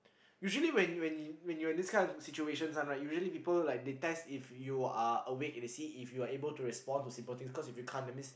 usually when when when you are in this kind of situations [one] right usually people like they test if you are awake and they see if you are able to respond to simple things cause if you can't that means